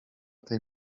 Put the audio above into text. tej